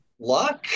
luck